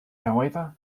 however